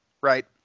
right